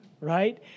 right